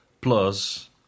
plus